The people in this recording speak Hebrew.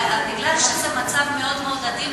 אבל בגלל שזה מצב מאוד מאוד עדין,